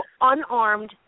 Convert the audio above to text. unarmed